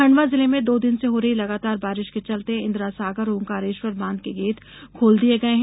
खंडवा जिले में दो दिन से हो रही लगातार बारिश के चलते इंदिरा सागर और ओंकारेश्वर बांध के गेट खोल दिये गये हैं